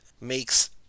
makes